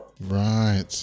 right